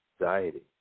anxiety